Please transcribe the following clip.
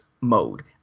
mode